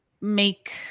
make